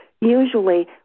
Usually